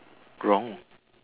wrong